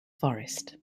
forest